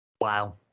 Wow